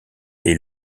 est